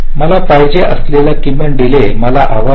मला पाहिजे असलेला किमान डीले मला हवा आहे